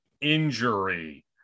injury